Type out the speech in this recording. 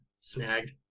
snagged